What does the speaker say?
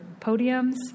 podiums